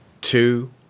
two